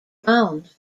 around